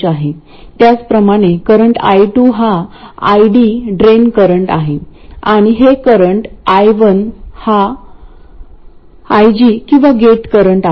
त्याचप्रमाणे current I2 हा ID drain current आहे आणि हे करंट I1 हा IG किंवा गेट करंट आहे